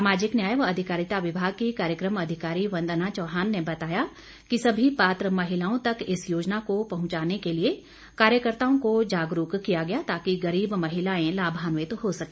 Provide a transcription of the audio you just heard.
सामाजिक न्याय व अधिकारिता विभाग की कार्यक्रम अधिकारी वंदना चौहान ने बताया कि सभी पात्र महिलाओं तक इस योजना को पहंचाने के लिए कार्यकर्त्ताओं को जागरूक किया गया ताकि गरीब महिलाएं लाभान्वित हो सके